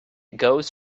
goes